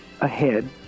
ahead